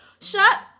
shut